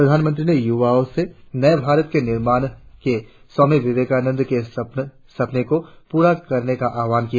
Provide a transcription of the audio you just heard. प्रधानमंत्री ने युवाओं से नये भारत के निर्माण के स्वामी विवेकानंद के सपने को पूरा करने का आह्वान किया